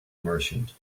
merchant